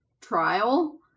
trial